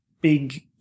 big